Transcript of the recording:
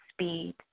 speed